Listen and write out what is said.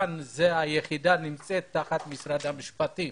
היחידה נמצאת תחת משרד המשפטים.